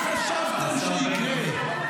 מה חשבתם שיקרה?